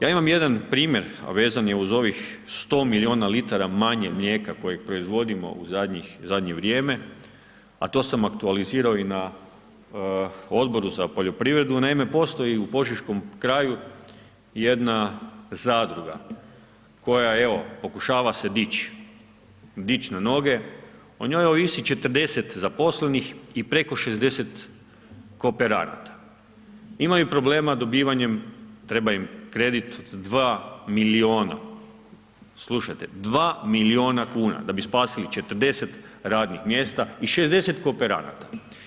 Ja imam jedan primjer a vezan je uz ovih 100 milijuna litara manje mlijeka kojeg proizvodimo u zadnje vrijeme a to sam aktualizirao i na Odboru za poljoprivredu, naime postoji u požeškom kraju jedna zadruga koja evo, pokušava se dić, dić na noge, o njoj ovisi 40 zaposlenih i preko 60 kooperanata, imaju problema dobivanje, treba im kredit 2 milijuna, slušate, 2 milijuna kuna da bi spasili 40 radnih mjesta i 60 kooperanata.